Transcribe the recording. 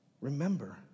Remember